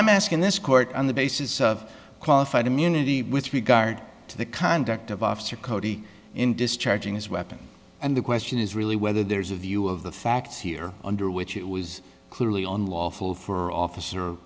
i'm asking this court on the basis of qualified immunity with regard to the conduct of officer cody in discharging his weapon and the question is really whether there is of you of the facts here under which it was clearly on lawful for officer